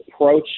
approach